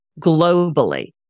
globally